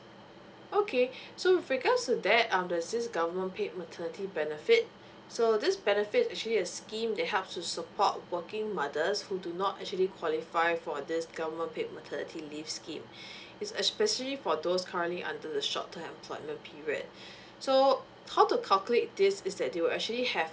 okay so with regards to that um there's this government paid maternity benefits so this benefit actually a scheme they help to support working mothers who do not actually qualify for this government paid maternity leave scheme it's especially for those currently under short term employment period so how to calculate this is that they will actually have